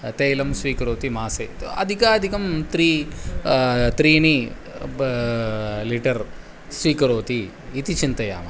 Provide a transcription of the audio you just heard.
तैलं स्वीकरोति मासे अधिकाधिकं त्रीणि त्रीणि वा लीटर् स्वीकरोति इति चिन्तयामः